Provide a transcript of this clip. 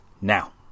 Now